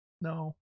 No